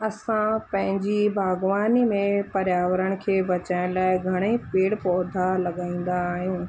असां पंहिंजी बाग़बानी में पर्यावरण खे बचाइण लाइ घणेई पेड़ पौधा लॻाईंदा आहियूं